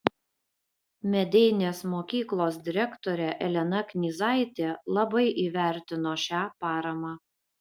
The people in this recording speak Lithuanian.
medeinės mokyklos direktorė elena knyzaitė labai įvertino šią paramą